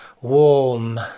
warm